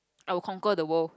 I will conquer the world